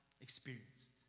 experienced